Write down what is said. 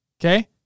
Okay